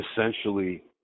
essentially